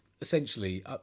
essentially